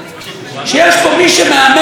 שיש פה מי שמהמר על חיינו.